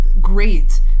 great